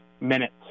minutes